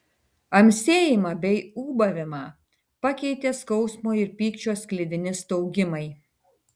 amsėjimą bei ūbavimą pakeitė skausmo ir pykčio sklidini staugimai